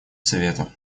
совета